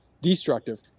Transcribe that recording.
destructive